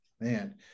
Man